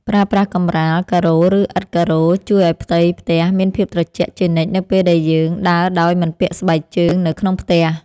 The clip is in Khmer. ប្រើប្រាស់កម្រាលការ៉ូឬឥដ្ឋការ៉ូជួយឱ្យផ្ទៃផ្ទះមានភាពត្រជាក់ជានិច្ចនៅពេលដែលយើងដើរដោយមិនពាក់ស្បែកជើងនៅក្នុងផ្ទះ។